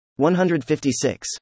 156